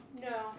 No